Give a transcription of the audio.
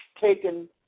taken